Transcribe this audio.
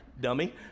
Dummy